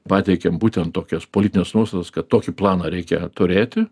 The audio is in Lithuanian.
pateikėm būtent tokias politines nuostatas kad tokį planą reikia turėti